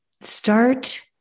start